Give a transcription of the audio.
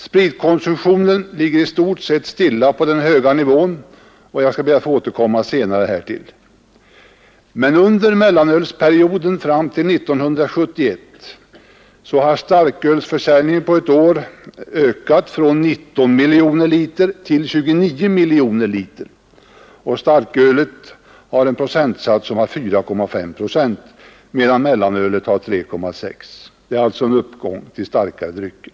Spritkonsumtionen ligger i stort sett stilla på den höga nivån, och jag återkommer härtill senare. Men under mellanölsperioden fram till 1971 har starkölsförsäljningen på ett år ökat från 19 miljoner liter till 29 miljoner liter. Och starkölet har en procentsats av 4,5 medan mellanölet har 3,6. Det är alltså en uppgång till starkare drycker.